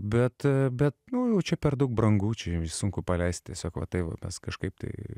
bet bet nu jau čia per daug brangu čia sunku paleist tiesiog va taip va mes kažkaip tai